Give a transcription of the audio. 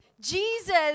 Jesus